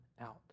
out